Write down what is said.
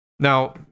Now